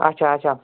اچھا اچھا